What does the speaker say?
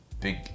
big